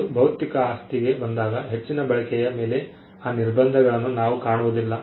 ಮತ್ತು ಭೌತಿಕ ಆಸ್ತಿಗೆ ಬಂದಾಗ ಹೆಚ್ಚಿನ ಬಳಕೆಯ ಮೇಲೆ ಆ ನಿರ್ಬಂಧಗಳನ್ನು ನಾವು ಕಾಣುವುದಿಲ್ಲ